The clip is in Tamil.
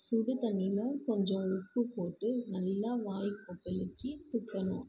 சுடு தண்ணியில் கொஞ்சம் உப்பு போட்டு நல்லா வாய் கொப்பளித்து துப்பணும்